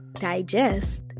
digest